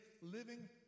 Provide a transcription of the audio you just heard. living